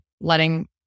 letting